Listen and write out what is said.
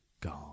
God